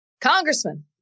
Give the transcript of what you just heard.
Congressman